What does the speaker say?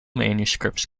manuscripts